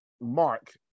Mark